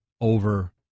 over